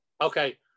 okay